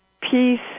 peace